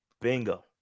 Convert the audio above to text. Bingo